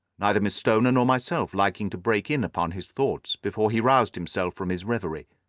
neither miss stoner nor myself liking to break in upon his thoughts before he roused himself from his reverie.